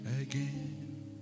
again